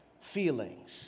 feelings